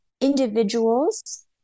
individuals